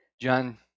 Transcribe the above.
John